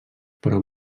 però